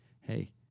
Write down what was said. hey